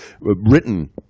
Written